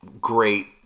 great